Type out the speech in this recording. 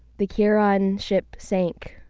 the ciaran ship sank